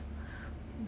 tournaments ah